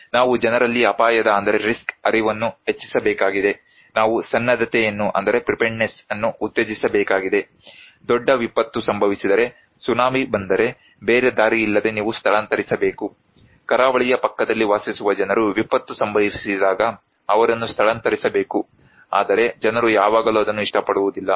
ನಾವು ಜನರಲ್ಲಿ ಅಪಾಯದ ಅರಿವನ್ನು ಹೆಚ್ಚಿಸಬೇಕಾಗಿದೆ ನಾವು ಸನ್ನದ್ಧತೆಯನ್ನು ಉತ್ತೇಜಿಸಬೇಕಾಗಿದೆ ದೊಡ್ಡ ವಿಪತ್ತು ಸಂಭವಿಸಿದರೆ ಸುನಾಮಿ ಬಂದರೆ ಬೇರೆ ದಾರಿಯಿಲ್ಲದೆ ನೀವು ಸ್ಥಳಾಂತರಿಸಬೇಕು ಕರಾವಳಿಯ ಪಕ್ಕದಲ್ಲಿ ವಾಸಿಸುವ ಜನರು ವಿಪತ್ತು ಸಂಭವಿಸಿದಾಗ ಅವರನ್ನು ಸ್ಥಳಾಂತರಿಸಬೇಕು ಆದರೆ ಜನರು ಯಾವಾಗಲೂ ಅದನ್ನು ಇಷ್ಟಪಡುವುದಿಲ್ಲ